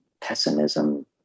pessimism